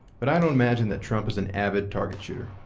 but i don't imagine that trump is an avid target shooter.